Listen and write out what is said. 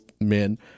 men